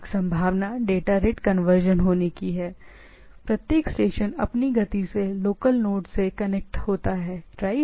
एक संभावना है या डेटा रेट कन्वर्जन होने की संभावना है प्रत्येक स्टेशन अपनी गति से लोकल नोड से कनेक्ट होता है राइट